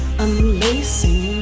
unlacing